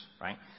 right